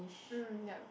um yup